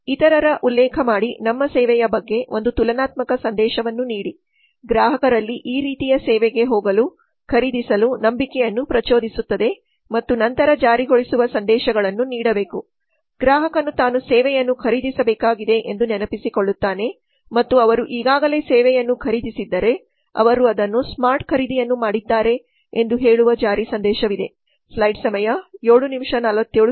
ಇತರರ ಉಲ್ಲೇಖ ಮಾಡಿ ನಮ್ಮ ಸೇವೆಯ ಬಗ್ಗೆ ಒಂದು ತುಲನಾತ್ಮಕ ಸಂದೇಶವನ್ನು ನೀಡಿ ಗ್ರಾಹಕರಲ್ಲಿ ಈ ರೀತಿಯ ಸೇವೆಗೆ ಹೋಗಲು ಖರೀದಿಸಲು ನಂಬಿಕೆ ಅನ್ನು ಪ್ರಚೋದಿಸುತ್ತದೆ ಮತ್ತು ನಂತರ ಜಾರಿಗೊಳಿಸುವ ಸಂದೇಶಗಳನ್ನು ನೀಡಬೇಕು ಗ್ರಾಹಕನು ತಾನು ಸೇವೆಯನ್ನು ಖರೀದಿಸಬೇಕಾಗಿದೆ ಎಂದು ನೆನಪಿಸಿಕೊಳ್ಳುತ್ತಾನೆ ಮತ್ತು ಅವರು ಈಗಾಗಲೇ ಸೇವೆಯನ್ನು ಖರೀದಿಸಿದ್ದರೆ ಅವರು ಅದನ್ನು ಸ್ಮಾರ್ಟ್ ಖರೀದಿಯನ್ನು ಮಾಡಿದ್ದಾರೆ ಎಂದು ಹೇಳುವ ಜಾರಿ ಸಂದೇಶವಿದೆ